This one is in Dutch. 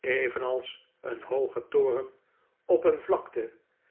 evenals een hooge toren op een vlakte